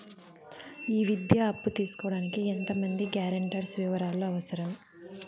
ఈ విద్యా అప్పు తీసుకోడానికి ఎంత మంది గ్యారంటర్స్ వివరాలు అవసరం?